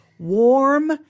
Warm